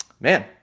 Man